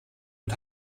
und